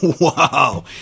Wow